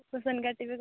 percent କାଟିବେ କ'ଣ